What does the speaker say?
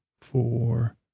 four